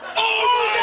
oh,